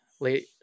late